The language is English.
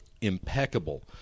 impeccable